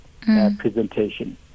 presentation